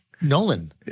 Nolan